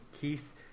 Keith